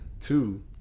Two